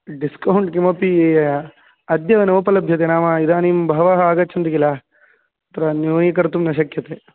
discount किमपि अद्य नोपलभ्यते नाम इदानीं बहवः आगच्छन्ति किल तत्र न्यूनीकर्तुं न शक्यते